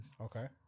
Okay